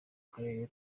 karere